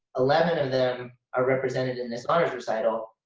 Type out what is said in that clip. eleven of them are represented in this honors recital.